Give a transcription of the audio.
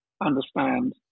understand